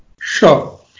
Sure